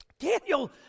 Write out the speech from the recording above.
Daniel